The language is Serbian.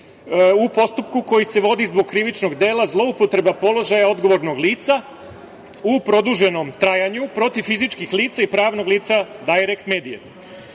u postupku koji se vodi zbog krivičnog dela – zloupotreba položaja odgovornog lica u produženom trajanju protiv fizičkih lica i pravnog lica „Dajrekt medije“?Da